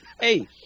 Hey